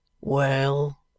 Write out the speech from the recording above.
Well